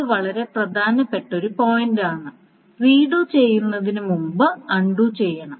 ഇത് വളരെ പ്രധാനപ്പെട്ട ഒരു പോയിന്റാണ് റീഡു ചെയ്യുന്നതിന് മുമ്പ് അൺണ്ടു ചെയ്യണം